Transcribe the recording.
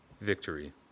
victory